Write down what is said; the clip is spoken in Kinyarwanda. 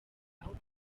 aho